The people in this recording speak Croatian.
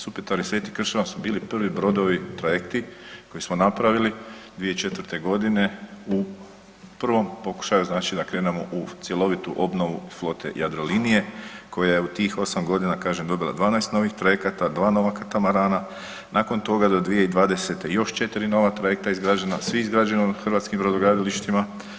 Supetar i Sveti Krševan su bili prvi brodovi trajekti koje smo napravili 2004. godine u prvom pokušaju znači da krenemo u cjelovitu obnovu flote Jadrolinije koja je u tih 8 godina kažem dobila 12 novih trajekata, 2 nova katamarana, nakon toga do 2020. još 4 nova trajekta izgrađena, svi izgrađeni u hrvatskim brodogradilištima.